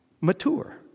mature